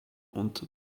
unter